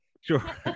Sure